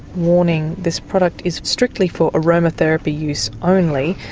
warning this product is strictly for aromatherapy use only,